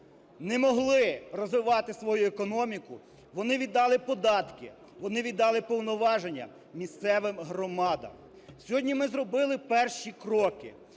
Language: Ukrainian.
не могли розвивати свою економіку, вони віддали податки, вони віддали повноваження місцевим громадам. Сьогодні ми зробили перші кроки.